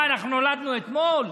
נולדנו אתמול?